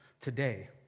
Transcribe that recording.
today